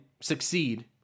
succeed